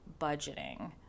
budgeting